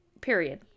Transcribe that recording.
period